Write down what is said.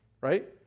Right